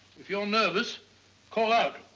if you're nervous call out.